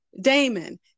Damon